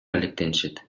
алектенишет